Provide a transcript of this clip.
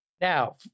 Now